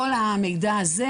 כל המידע הזה,